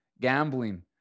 gambling